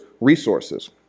resources